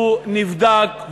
הוא נבדק,